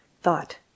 thought